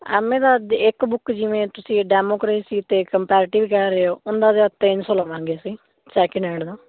M A ਦਾ ਇੱਕ book ਜਿਵੇਂ ਤੁਸੀਂ ਡੈਮੋਕਰੇਸੀ ਤੇ ਕੰਪੈਰਟਿਵ ਕਹਿ ਰਹੇ ਹੋ ਉਹਨਾਂ ਦਾ ਤਿੰਨ ਸੌ ਲਵਾਂਗੇ ਅਸੀਂ ਸੈਕਿੰਡ ਹੈਂਡ ਦਾ